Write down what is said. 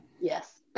Yes